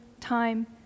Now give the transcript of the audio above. time